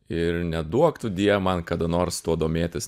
ir neduok tu dieve man kada nors tuo domėtis